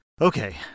Okay